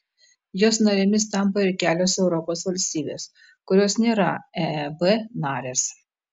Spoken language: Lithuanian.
jos narėmis tampa ir kelios europos valstybės kurios nėra eeb narės